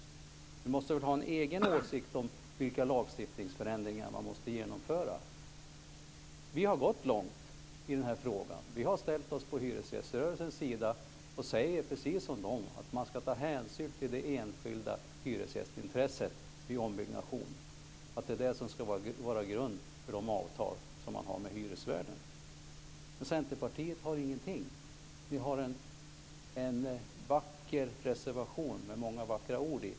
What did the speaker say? Ni måste väl ha en egen åsikt om vilka lagstiftningsförändringar som måste genomföras? Vi har gått långt i denna fråga. Vi har ställt oss på hyresgäströrelsens sidan och säger precis som den att man ska ta hänsyn till det enskilda hyresgästintresset vid ombyggnation och att det är det som ska ligga till grund för de avtal som man har med hyresvärden. Men Centerpartiet har ingenting. Man har en vacker reservation med många vackra ord i.